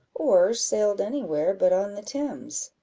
or sailed any where but on the thames.